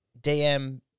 DM